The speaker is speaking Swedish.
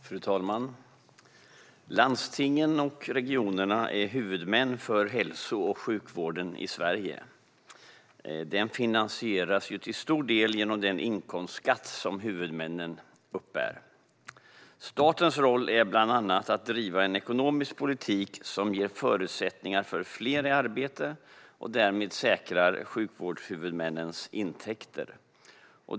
Fru talman! Landstingen och regionerna är huvudmän för hälso och sjukvården i Sverige. Den finansieras till stor del genom den inkomstskatt som huvudmännen uppbär. Statens roll är bland annat att driva en ekonomisk politik som ger förutsättningar för fler i arbete och därmed säkrar sjukvårdshuvudmännens intäkter.